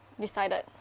decided